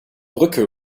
brücke